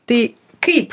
tai kaip